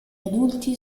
adulti